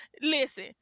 Listen